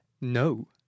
No